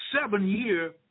seven-year